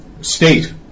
state